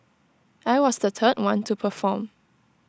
I was the third one to perform